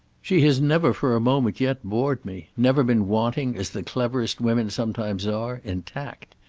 she has never for a moment yet bored me never been wanting, as the cleverest women sometimes are, in tact.